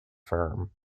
firm